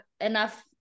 enough